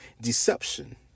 Deception